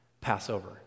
Passover